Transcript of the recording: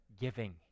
giving